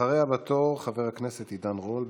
אחריה בתור חבר הכנסת עידן רול,